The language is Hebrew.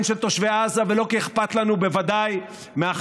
של תושבי עזה ולא כי אכפת לנו בוודאי מהחמאס,